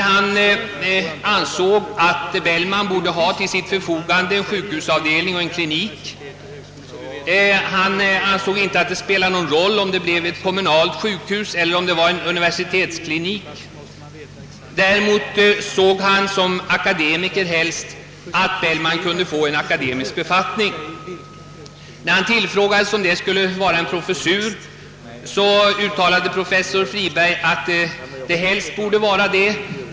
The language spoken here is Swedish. Han ansåg att Bellman borde ha till sitt förfogande en sjukhusavdelning och en klinik. Vidare fann han att det inte spelade någon roll, om det blev ett kommunalt sjukhus eller en universitetsklinik. Däremot såg han som akademiker helst att Bellman kunde få en akademisk befattning. När han tillfrågades om det borde bli en professur yttrade han att det helst borde bli en sådan.